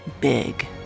big